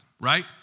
Right